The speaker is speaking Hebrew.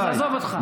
עזוב אותך.